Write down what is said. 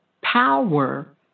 Power